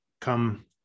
come